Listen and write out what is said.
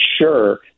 sure